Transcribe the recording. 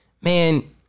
man